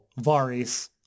Varis